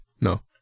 No